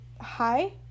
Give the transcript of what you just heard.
hi